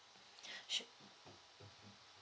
sure